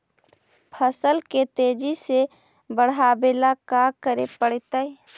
फसल के तेजी से बढ़ावेला का करे पड़तई?